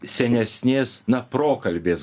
senesnės na prokalbės